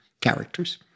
characters